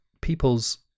people's